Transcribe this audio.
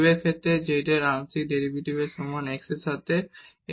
u এর ক্ষেত্রে z এর আংশিক ডেরিভেটিভ x এর সাথে সমান